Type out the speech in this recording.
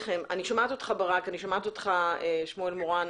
אני שומעת אותך, ברק, אני שומעת אותך, שמואל מורן.